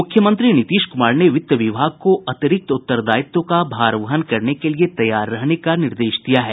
मुख्यमंत्री नीतीश कुमार ने वित्त विभाग को अतरिक्त उत्तरदायित्व का भार वहन करने के लिए तैयार रहने का निर्देश दिया है